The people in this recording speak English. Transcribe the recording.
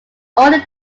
only